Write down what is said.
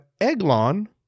Eglon